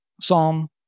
Psalm